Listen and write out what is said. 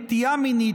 נטייה מינית,